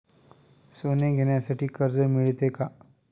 सोने घेण्यासाठी कर्ज मिळते का?